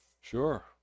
Sure